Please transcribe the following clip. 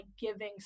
giving